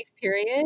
period